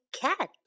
cat